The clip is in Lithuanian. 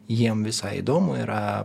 jiem visai įdomu yra